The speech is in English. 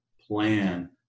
plan